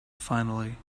finally